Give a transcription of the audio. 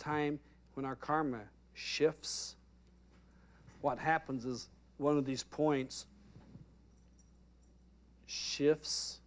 time when our karma shifts what happens is one of these points